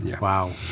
Wow